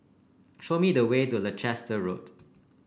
show me the way to Leicester Road